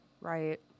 Right